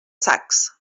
sacs